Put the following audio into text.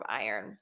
iron